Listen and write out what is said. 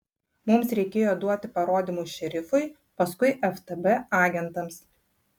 mums reikėjo duoti parodymus šerifui paskui ftb agentams